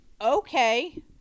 Okay